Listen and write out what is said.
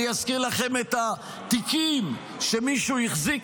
אני אזכיר לכם את התיקים שמישהו החזיק